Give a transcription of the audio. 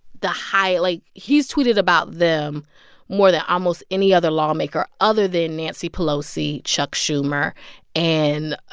the high like, he's tweeted about them more than almost any other lawmaker other than nancy pelosi, chuck schumer and